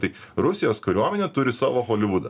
tai rusijos kariuomenė turi savo holivudą